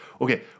okay